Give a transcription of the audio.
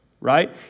right